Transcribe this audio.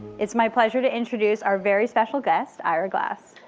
it's my pleasure to introduce our very special guest, ira glass.